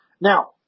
Now